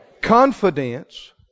Confidence